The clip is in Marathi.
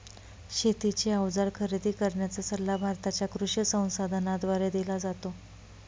शेतीचे अवजार खरेदी करण्याचा सल्ला भारताच्या कृषी संसाधनाद्वारे दिला जातो